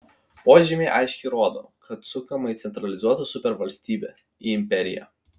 požymiai aiškiai rodo kad sukama į centralizuotą supervalstybę į imperiją